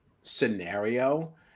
scenario